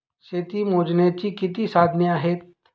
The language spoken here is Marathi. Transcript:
शेती मोजण्याची किती साधने आहेत?